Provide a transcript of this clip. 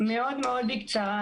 מאוד בקצרה.